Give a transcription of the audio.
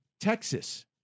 Texas